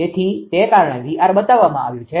તેથી તે કારણે 𝑉𝑅 બતાવવામાં આવ્યુ છે